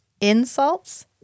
insults